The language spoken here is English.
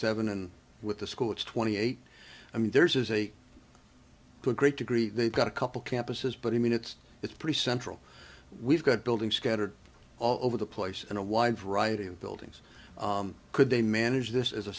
seven and with the school it's twenty eight i mean there's a great degree they've got a couple campuses but i mean it's it's pretty central we've got building scattered all over the place in a wide variety of buildings could they manage this is a